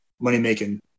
money-making